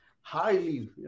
highly